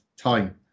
time